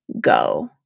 go